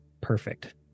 perfect